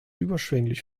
überschwänglich